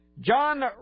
John